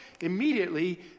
immediately